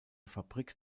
fabrik